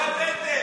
מה עשית?